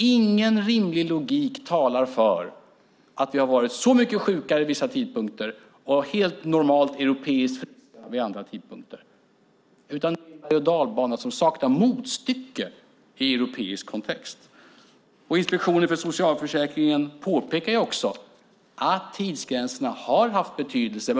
Ingen rimlig logik talar för att vi har varit så mycket sjukare vid vissa tidpunkter och helt normalt europeiskt friska vid andra tidpunkter. Det är en bergochdalbana som saknar motstycke i europeisk kontext. Inspektionen för socialförsäkringen påpekar också att tidsgränserna har haft betydelse.